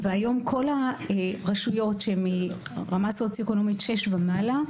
והיום כל הרשויות מרמה סוציו-אקונומית שש ומעלה,